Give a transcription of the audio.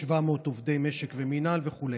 700 עובדי משק ומינהל וכו'.